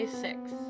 Six